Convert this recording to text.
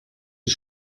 die